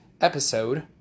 episode